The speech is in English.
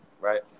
right